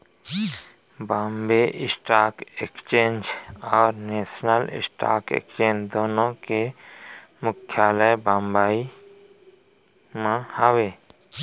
Bombay stock exchange और national stock exchange दुनो के मुख्यालय बंबई म हावय